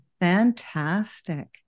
Fantastic